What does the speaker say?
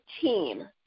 team